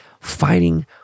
fighting